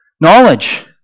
Knowledge